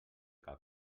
cal